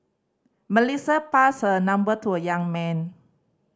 Melissa passed her number to a young man